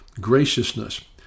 graciousness